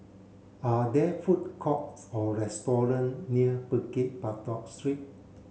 are there food courts or restaurant near Bukit Batok Street